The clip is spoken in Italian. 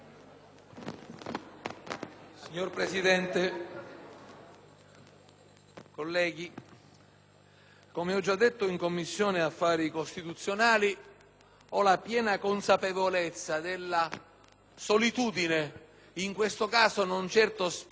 colleghi, come ho già detto in Commissione affari costituzionali ho la piena consapevolezza della solitudine, in questo caso non certo splendida, nella quale mi trovo contrastando